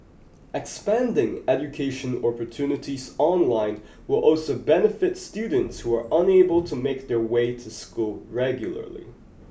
expanding education opportunities online will also benefit students who are unable to make their way to school regularly